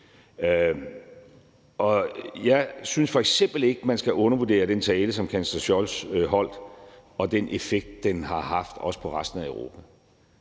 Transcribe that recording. Jeg synes f.eks. ikke, man skal undervurdere den tale, som kansler Scholz holdt, og den effekt, den har haft, også på resten af Europa.